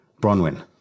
Bronwyn